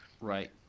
right